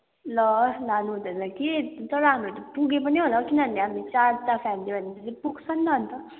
ल लानु हुँदैन कि तर हाम्रो त पुग्यो पनि होला हौ किनभने हामी चारवटा फ्यामिली भए भनेपछि पुग्छ नि त अनि त